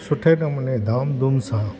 सुठे नमूने धाम धूम सां